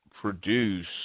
produce